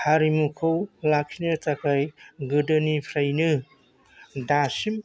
हारिमुखौ लाखिनो थाखाय गोदोनिफ्रायनो दासिम